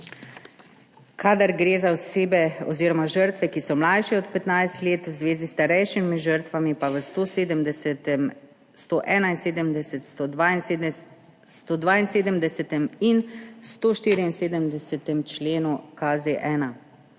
kadar gre za osebe oziroma žrtve, ki so mlajše od 15 let, v zvezi s starejšimi žrtvami pa v 170., 171., 172. in 174. členu KZ-1.